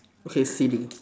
okay silly